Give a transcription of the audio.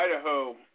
idaho